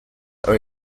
are